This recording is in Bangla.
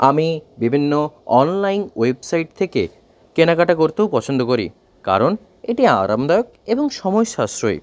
আমি বিভিন্ন অনলাইন ওয়েবসাইট থেকে কেনাকাটা করতেও পছন্দ করি কারণ এটি আরামদায়ক এবং সময় সাশ্রয়ী